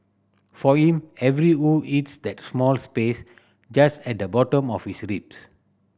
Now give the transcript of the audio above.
for him every hue hits that small space just at the bottom of his ribs